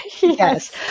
Yes